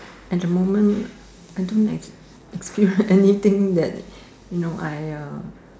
at the moment I don't ex~ experience anything that you know I uh